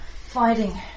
fighting